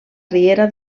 riera